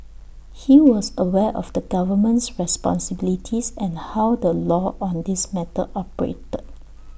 he was aware of the government's responsibilities and how the law on this matter operated